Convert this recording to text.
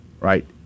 right